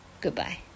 Goodbye